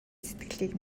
сэтгэлийг